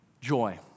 Joy